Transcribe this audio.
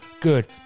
good